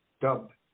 dubbed